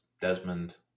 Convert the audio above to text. Desmond